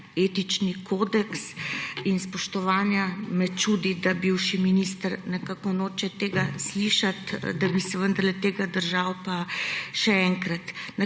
etični kodeks in spoštovanje. Čudi me, da bivši minister nekako noče tega slišati, da bi se vendarle tega držal. Pa še enkrat.